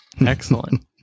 excellent